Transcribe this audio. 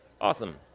awesome